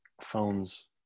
phones